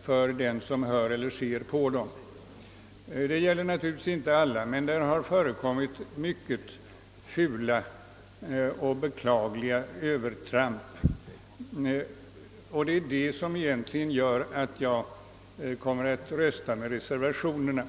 för den som ser på dem. Det gäller naturligtvis inte alla, men det har förekommit mycket fula och beklagliga övertramp, vilket egentligen är det som gör att jag kommer att rösta för reservationerna.